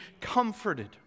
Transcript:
comforted